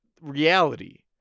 reality